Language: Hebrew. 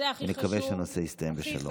נקווה שהנושא יסתיים בשלום.